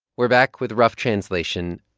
we're back with rough translation.